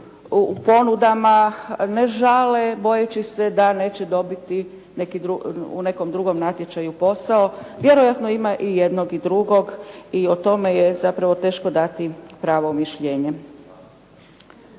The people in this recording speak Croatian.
u ponudama ne žale bojeći se da neće dobiti neki drugi, u nekom drugom natječaju posao, vjerojatno ima i jednog i drugog i o tome je zapravo teško dati pravo mišljenje.